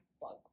bug